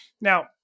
Now